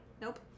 Nope